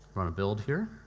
a build here.